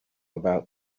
about